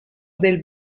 del